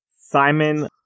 Simon